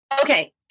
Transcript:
okay